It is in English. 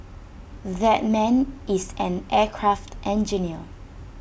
that man is an aircraft engineer